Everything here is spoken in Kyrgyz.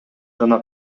жана